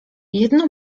jedno